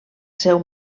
seu